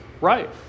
Right